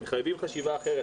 מחייבים חשיבה אחרת.